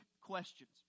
questions